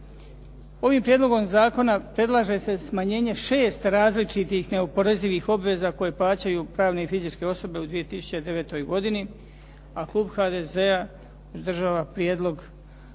Ovim prijedlogom zakona predlaže se smanjenje 6 različitih neoporezivih obveza koje plaćaju pravne i fizičke osobe u 2009. godini, a klub HDZ-a pridržava prijedlog odbora